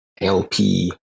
lp